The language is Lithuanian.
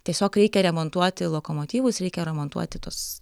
tiesiog reikia remontuoti lokomotyvus reikia remontuoti tuos